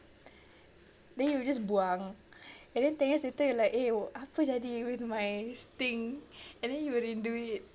then you will just buang and then ten years later you like eh oh apa jadi with my thing and then you will rindu it